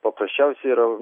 paprasčiausiai yra